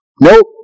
Nope